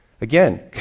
again